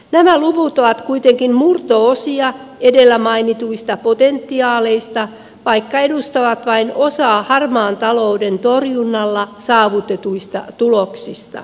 nämä luvut ovat kuitenkin murto osia edellä mainituista potentiaaleista vaikka edustavat vain osaa harmaan talouden torjunnalla saavutetuista tuloksista